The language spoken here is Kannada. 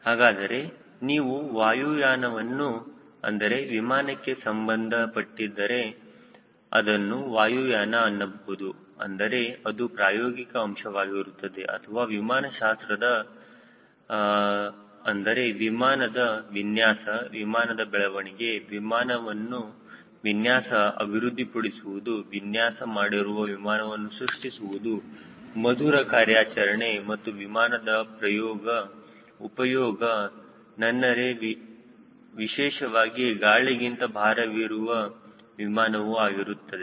ಹಾಗಾದರೆ ನೀವು ವಾಯುಯಾನವನ್ನು ಅಂದರೆ ವಿಮಾನಕ್ಕೆ ಸಂಬಂಧ ಪಟ್ಟಿದ್ದರೆ ಅದನ್ನು ವಾಯುಯಾನ ಅನ್ನಬಹುದು ಅಂದರೆ ಅದು ಪ್ರಾಯೋಗಿಕ ಅಂಶವಾಗಿರುತ್ತದೆ ಅಥವಾ ವಿಮಾನ ಶಾಸ್ತ್ರದ ಗಳು ಅಂದರೆ ವಿಮಾನದ ವಿನ್ಯಾಸ ವಿಮಾನದ ಬೆಳವಣಿಗೆ ವಿನ್ಯಾಸವನ್ನು ಅಭಿವೃದ್ಧಿಪಡಿಸುವುದು ವಿನ್ಯಾಸ ಮಾಡಿರುವ ವಿಮಾನವನ್ನು ಸೃಷ್ಟಿಸುವುದು ಮಧುರ ಕಾರ್ಯನಿರ್ವಹಣೆ ಮತ್ತು ವಿಮಾನದ ಉಪಯೋಗ ನನ್ನರೆ ವಿಶೇಷವಾಗಿ ಗಾಳಿಗಿಂತ ಭಾರವಿರುವ ವಿಮಾನವು ಆಗಿರುತ್ತದೆ